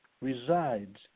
resides